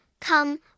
come